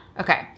okay